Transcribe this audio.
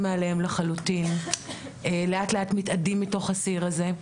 מאליהם לחלוטין לאט לאט מתאדים מתוך הסיר הזה.